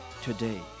today